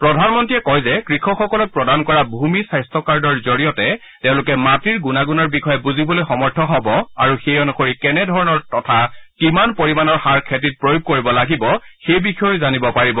প্ৰধানমন্ত্ৰীয়ে কয় যে কৃষকসকলক প্ৰদান কৰা ভূমি স্বাস্থকাৰ্ডৰ জৰিয়তে তেওঁলোকে মাটিৰ গুণাগুণৰ বিষয়ে বুজিবলৈ সমৰ্থ হ'ব আৰু সেই অনুসৰি কেনে ধৰণৰ তথা কিমান পৰিমাণৰ সাৰ খেতিত প্ৰয়োগ কৰিব লাগিব সেই বিষয়েও জানিব পাৰিব